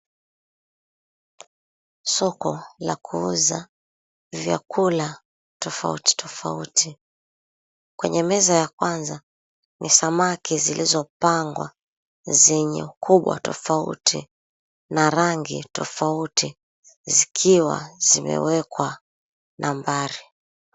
Soko la kuuza vyakula tofauti tofauti kwenye meza ya kwanza, misamaki zilizopangwa kwenye ukubwa tofauti na rangi tofauti zikiwa zimeekwa nambari.